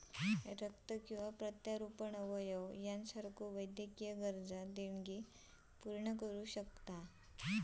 रक्त किंवा प्रत्यारोपण अवयव यासारख्यो वैद्यकीय गरजा देणगी पूर्ण करू शकता